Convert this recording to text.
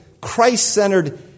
Christ-centered